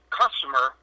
customer